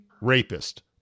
rapist